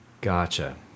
Gotcha